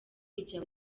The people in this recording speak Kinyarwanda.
igihe